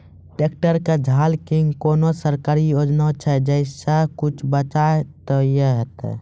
Tractor के झाल किंग कोनो सरकारी योजना छ जैसा कुछ बचा तो है ते?